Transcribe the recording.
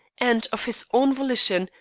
and, of his own volition,